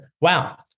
wow